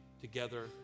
together